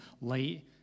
light